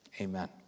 Amen